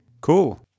Cool